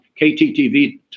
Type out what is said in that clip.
KTTV